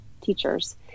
teachers